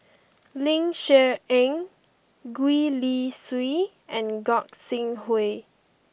Ling Cher Eng Gwee Li Sui and Gog Sing Hooi